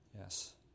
Yes